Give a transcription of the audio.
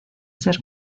ser